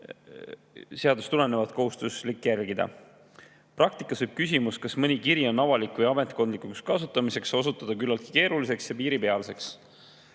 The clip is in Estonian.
seadusest tulenevat kohustuslik järgida. Praktikas võib küsimus, kas mõni kiri on avalik või [mõeldud] ametkondlikuks kasutamiseks, osutuda küllaltki keeruliseks ja piiripealseks.